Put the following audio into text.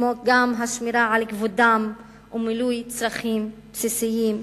כמו גם השמירה על כבודם ומילוי צרכים בסיסיים.